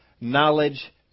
knowledge